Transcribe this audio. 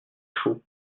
chaud